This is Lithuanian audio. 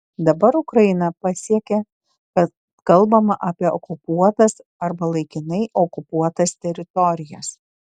dabar ukraina pasiekė kad kalbama apie okupuotas arba laikinai okupuotas teritorijas